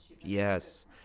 yes